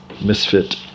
misfit